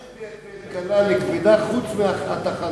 מה ההבדל בין קלה לכבדה חוץ מהתחנות?